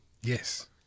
Yes